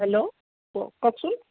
hello কওকচোন